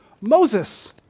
Moses